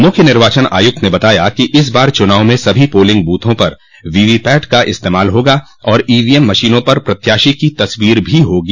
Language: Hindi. मुख्य निर्वाचन आयुक्त ने बताया कि इस बार चुनाव में सभी पोलिंग बूथों पर वीवीपैट का इस्तेमाल होगा और ईवीएम मशीनों पर प्रत्याशी की तस्वीर भी होगी